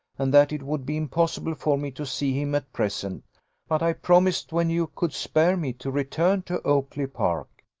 and that it would be impossible for me to see him at present but i promised, when you could spare me, to return to oakly-park.